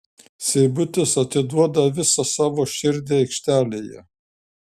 seibutis atiduoda visą savo širdį aikštelėje